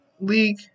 League